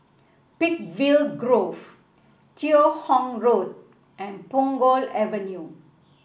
Peakville Grove Teo Hong Road and Punggol Avenue